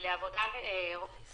אם יש צורך שעולה לבדיקת קורונה עבור ילד,